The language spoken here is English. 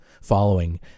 following